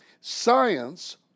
Science